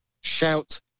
Shout